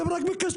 אתם רק מקשקשים,